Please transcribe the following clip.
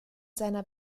seiner